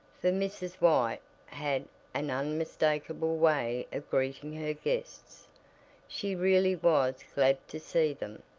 for mrs. white had an unmistakable way of greeting her guests she really was glad to see them.